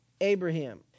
Abraham